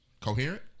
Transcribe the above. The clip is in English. Coherent